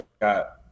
got